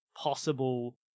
possible